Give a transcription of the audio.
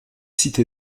cité